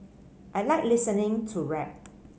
I like listening to rap